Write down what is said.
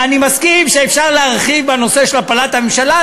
אני מסכים שאפשר להרחיב בנושא של הפלת הממשלה,